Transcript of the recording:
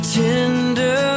tender